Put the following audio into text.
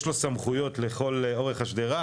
יש לו סמכויות לכל אורך השדרה,